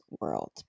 world